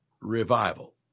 revival